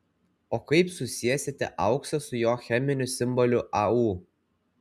o kaip susiesite auksą su jo cheminiu simboliu au